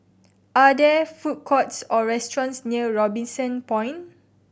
are there food courts or restaurants near Robinson Point